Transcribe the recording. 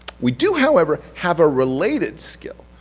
we do, however, have a related skill,